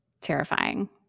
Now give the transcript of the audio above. terrifying